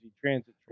transit